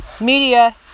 media